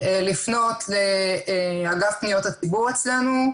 לפנות לאגף פניות הציבור אצלנו,